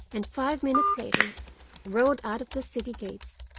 and five minutes later rode out of the city gates,